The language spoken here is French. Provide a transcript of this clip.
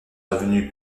avenue